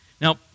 Now